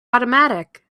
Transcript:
automatic